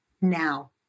now